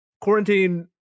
quarantine